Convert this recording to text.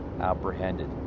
apprehended